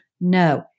No